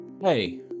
Hey